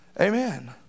Amen